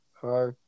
Hi